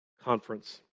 Conference